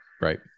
Right